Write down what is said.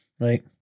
Right